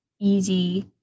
easy